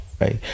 right